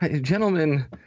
gentlemen